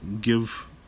give